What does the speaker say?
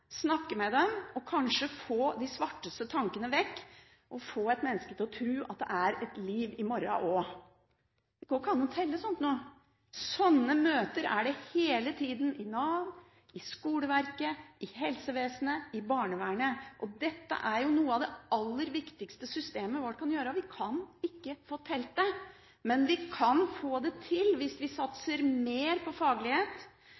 snakke med dem, og kanskje få de svarteste tankene vekk og få et menneske til å tro at det er et liv i morgen også. Det går ikke an å telle sånt. Sånne møter er det hele tida i Nav, i skoleverket, i helsevesenet, i barnevernet, og dette er jo noe av det aller viktigste systemet vårt kan gjøre. Vi kan ikke få telt det, men vi kan få det til hvis vi